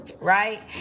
right